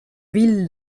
ville